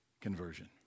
conversion